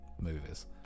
movies